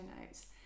notes